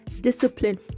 discipline